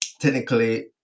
technically